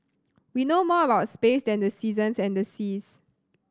we know more a lot space than the seasons and the seas